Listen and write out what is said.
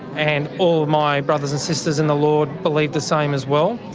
and all my brothers and sisters in the lord believe the same as well,